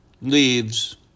leaves